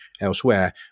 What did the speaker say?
elsewhere